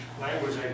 language